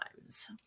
times